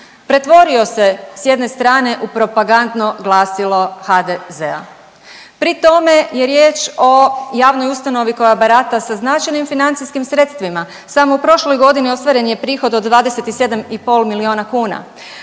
Pretvorio se s jedne strane u propagandno glasilo HDZ-a. Pri tome je riječ o javnoj ustanovi koja barata sa značajnim financijskim sredstvima. Samo u prošloj godini ostvaren je prihod od 27 i pol milijuna kuna.